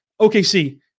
OKC